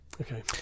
Okay